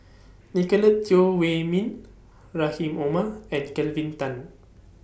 Nicolette Teo Wei Min Rahim Omar and Kelvin Tan